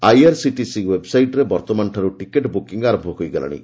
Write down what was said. IRCTC ଓ୍ୱେବ୍ସାଇଟ୍ରେ ବର୍ତ୍ତମାନଠାରୁ ticket booking ଆରମ୍ଭ ହୋଇଗଲାଣି